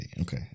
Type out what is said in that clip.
okay